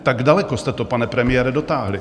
Tak daleko jste to, pane premiére, dotáhli.